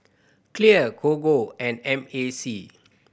Clear Gogo and M A C